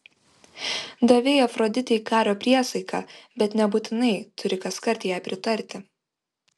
davei afroditei kario priesaiką bet nebūtinai turi kaskart jai pritarti